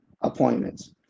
appointments